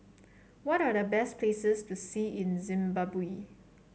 what are the best places to see in Zimbabwe